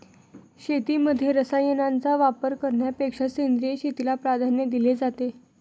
शेतीमध्ये रसायनांचा वापर करण्यापेक्षा सेंद्रिय शेतीला प्राधान्य दिले जाते